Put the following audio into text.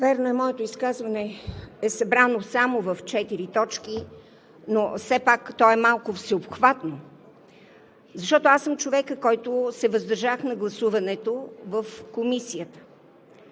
Днес моето изказване е събрано само в четири точки, но все пак то е малко всеобхватно, защото аз съм човекът, който се въздържах при гласуването в Комисията.